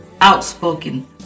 outspoken